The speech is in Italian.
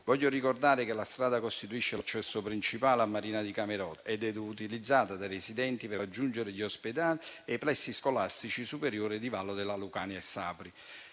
Voglio ricordare che la strada costituisce l'accesso principale a Marina di Camerota ed è utilizzata dai residenti per raggiungere gli ospedali e i plessi scolastici superiori di Vallo della Lucania e Sapri,